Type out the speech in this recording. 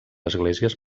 esglésies